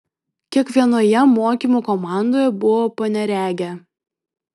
kiekvienoje mokymų komandoje buvo po neregę